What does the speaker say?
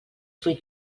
fruit